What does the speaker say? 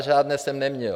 Žádné jsem neměl.